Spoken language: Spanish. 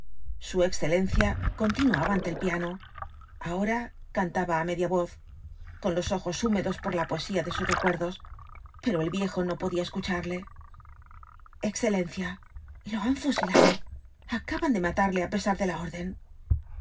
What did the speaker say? su excelencia continuaba ante el piano ahora cantaba á media voz con los ojos húmedos por la poesía de sus recuerdos pero el viejo no podía escucharle excelencia lo han fusilado acaban de matarle á pesar de la orden